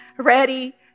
ready